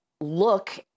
look